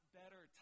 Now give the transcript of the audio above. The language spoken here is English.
better